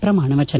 ಪ್ರಮಾಣ ವಚನ